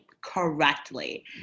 correctly